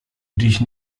dich